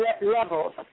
levels